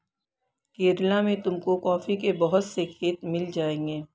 केरला में तुमको कॉफी के बहुत से खेत मिल जाएंगे